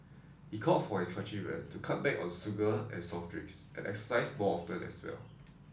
he called for his countrymen to cut back on sugar and soft drinks and exercise more often as well